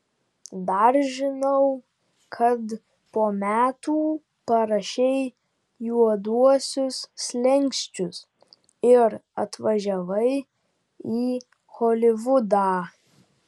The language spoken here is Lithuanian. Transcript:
dar žinau kad po metų parašei juoduosius slenksčius ir atvažiavai į holivudą